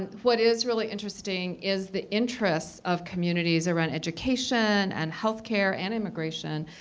what is really interesting is the interests of communities around education and health care and immigration.